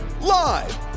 Live